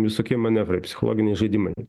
visokie manevrai psichologiniai žaidimai